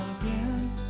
again